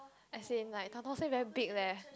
as in like Tan-Tock-Seng very big leh